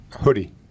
Hoodie